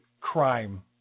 crime